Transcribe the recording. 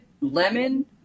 lemon